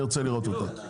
אני רוצה לראות אותה.